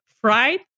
fried